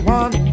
one